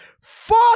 Fuck